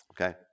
okay